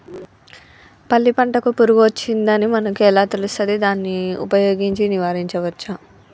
పల్లి పంటకు పురుగు వచ్చిందని మనకు ఎలా తెలుస్తది దాన్ని ఉపయోగించి నివారించవచ్చా?